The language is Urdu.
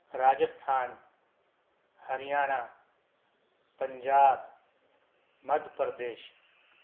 راجستھان ہریانہ پنجاب مدھیہ پردیش